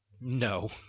No